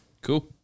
cool